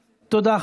תודה,